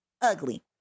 ugly